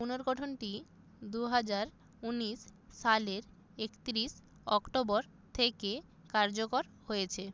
পুনর্গঠনটি দু হাজার উনিশ সালের একত্রিশ অক্টোবর থেকে কার্যকর হয়েছে